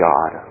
God